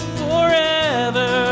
forever